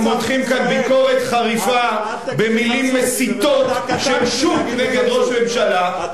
אתם מותחים כאן ביקורת חריפה במלים מסיתות של שוק נגד ראש הממשלה,